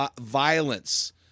violence